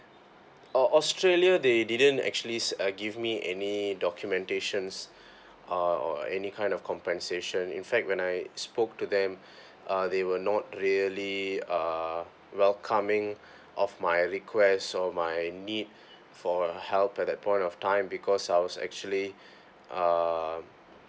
oh australia they didn't actually uh give me any documentations uh or any kind of compensation in fact when I spoke to them uh they were not really uh welcoming of my request so my need for help at that point of time because I was actually uh